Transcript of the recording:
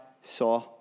saw